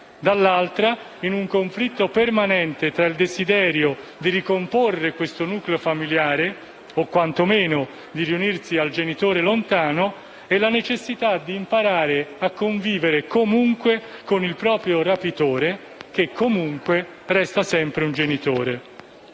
dall'altra, un conflitto permanente tra il desiderio di ricomporre questo nucleo familiare - o quantomeno di riunirsi al genitore lontano - e la necessità di imparare a convivere con il proprio "rapitore", che comunque resta sempre un genitore.